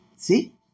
See